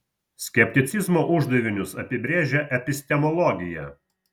skepticizmo uždavinius apibrėžia epistemologija